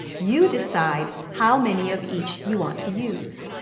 you decide how many of each you want to use.